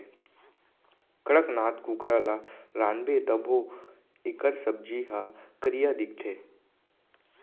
कड़कनाथ कुकरा ल रांधबे तभो एकर सब्जी ह करिया दिखथे